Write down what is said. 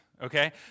Okay